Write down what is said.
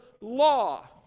law